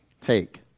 Take